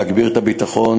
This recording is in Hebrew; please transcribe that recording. להגביר את הביטחון,